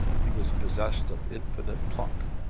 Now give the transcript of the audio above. he was possessed of infinite pluck,